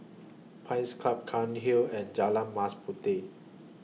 Pines Club Cairnhill and Jalan Mas Puteh